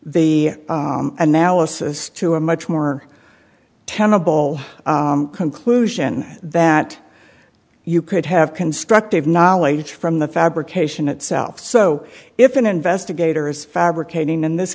the analysis to a much more tenable conclusion that you could have constructive knowledge from the fabrication itself so if an investigator is fabricating in this